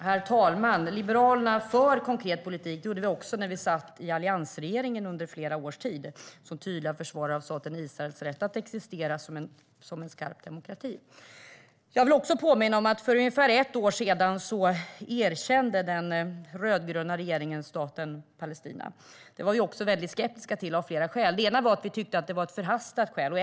Herr talman! Liberalerna för en konkret politik - det gjorde vi även när vi satt i alliansregeringen under flera års tid - som tydliga försvarare av staten Israels rätt att existera som en skarp demokrati. Jag vill också påminna om att den rödgröna regeringen för ungefär ett år sedan erkände staten Palestina. Det var vi också av flera skäl mycket skeptiska till. Ett var att vi tyckte att det var ett förhastat beslut.